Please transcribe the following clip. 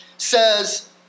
Says